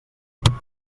vorà